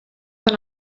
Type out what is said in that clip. tan